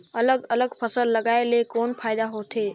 अलग अलग फसल लगाय ले कौन फायदा होथे?